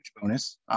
bonus